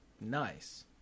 Nice